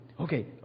Okay